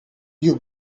you